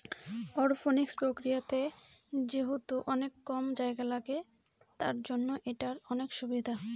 aeroponics প্রক্রিয়াতে যেহেতু অনেক কম জায়গা লাগে, তার জন্য এটার অনেক সুবিধা